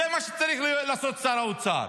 זה מה שצריך לעשות שר האוצר.